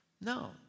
No